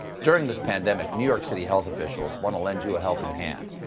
during the pandemic, new york city health officials want to lend you a helping hand.